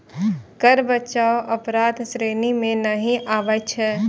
कर बचाव अपराधक श्रेणी मे नहि आबै छै